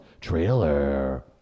trailer